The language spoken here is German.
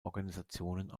organisationen